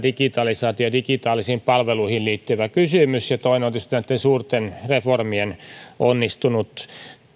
digitalisaatio ja digitaalisiin palveluihin liittyvä kysymys ja toinen on tietysti näitten suurten reformien onnistunut